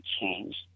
changed